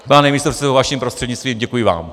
Pane místopředsedo, vaším prostřednictvím, děkuji vám.